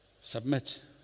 Submit